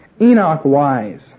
Enoch-wise